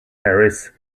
harris